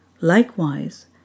Likewise